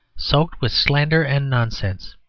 soaked with slander and nonsense.